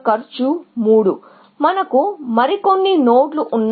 C D E